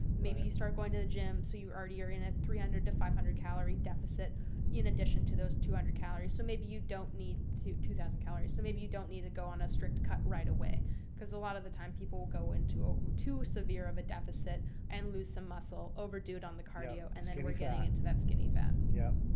maybe you start going to the gym. so you already are in a three hundred to five hundred calorie deficit in addition to those two hundred calories. so maybe you don't need to two thousand calories. so maybe you don't need to go on a strict cut right away because a lot of the time people will go into too severe of a deficit and lose some muscle overdue on the cardio and then you're getting into that skinny fat. yep,